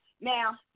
now